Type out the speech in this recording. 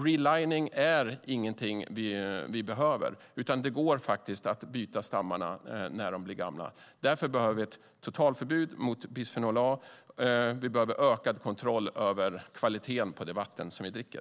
Relining är ingenting som vi behöver, utan det går att byta stammarna när de blir gamla. Därför behöver vi ett totalförbud mot bisfenol A, och vi behöver en ökad kontroll av kvaliteten på det vatten som vi dricker.